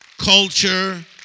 culture